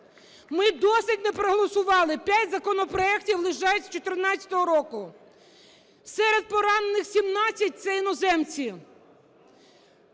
й досі не проголосували, п'ять законопроектів лежать з 2014 року. Серед поранених 17 – це іноземці.